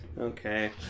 Okay